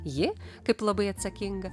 ji kaip labai atsakingai